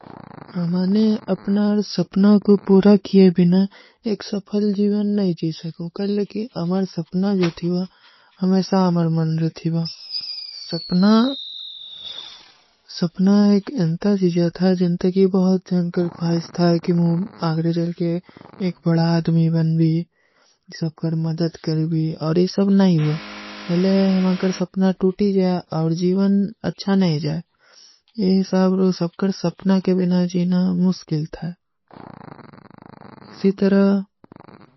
ହମାନେ ଅପନା ଔର ସପନା କୋ ପୁରା କିଯେ ବିନା ଏକ ସଫଲ ଜୀଵନ ନହୀଂ ଜୀ ସକୋ। କଲକି ଅମର ସପନା ଜୋ ଥୀଵା ହମେସା ଅମର ମନ ରଥୀଵା। ସପନା ଏକ ଏଂତା ଶୀଜା ଥା, ଜିନତକୀ ବହୁତ ଜନକର ଖୁଆଈସ ଥା, କି ମୁଂ ଆଗରେ ଜଲ କେ ଏକ ବଡା ଆଦମୀ ବନ ଭୀ, ସବକର ମଦଦ କର ଭୀ, ଔର ଯହ ସବ ନହୀଂ ହୁଆ। ହଲେ ହମାକର ସପନା ତୂଟୀ ଜାଯା ଔର ଜୀଵନ ଅଚ୍ଛା ନହୀଂ ଜାଯା। ଯହ ସବକର ସପନା କେ ବିନା ଜୀନା ମୁସ୍କିଲ ଥା।